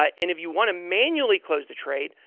um and if you want to manually close the trade,